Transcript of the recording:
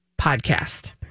podcast